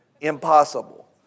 impossible